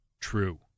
true